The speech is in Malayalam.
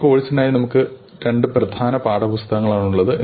ഈ കോഴ്സിനായി നമ്മക്ക് രണ്ട് പ്രധാന പാഠപുസ്തകങ്ങൾ ആണുള്ളത്